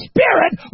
Spirit